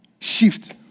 shift